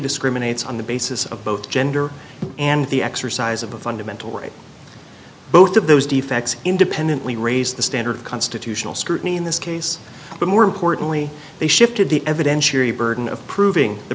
discriminates on the basis of both gender and the exercise of a fundamental right both of those defects independently raise the standard of constitutional scrutiny in this case but more importantly they shifted the evidentiary burden of proving the